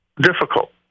difficult